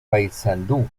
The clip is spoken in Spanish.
paysandú